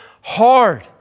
hard